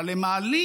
אבל הם מעלים,